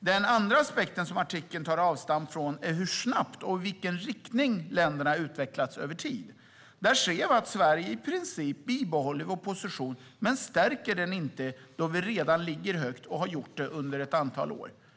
Den andra aspekt som artikeln tar avstamp i är hur snabbt och i vilken riktning länderna utvecklats över tid. Sverige bibehåller i princip sin position, men stärker den inte. Vi ligger redan högt och har gjort det under ett antal år.